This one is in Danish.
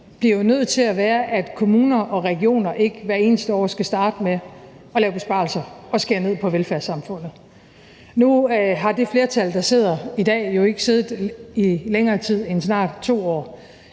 jo nødt til at være, at kommuner og regioner ikke hvert eneste år skal starte med at lave besparelser og skære ned på velfærdssamfundet. Nu har det flertal, der sidder i dag, jo ikke siddet her i længere tid end snart 2 år,